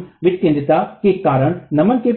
हम विकेन्द्रता के कारण नमन के